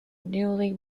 newly